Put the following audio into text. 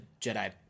Jedi